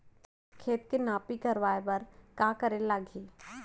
खेत के नापी करवाये बर का करे लागही?